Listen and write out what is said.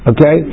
Okay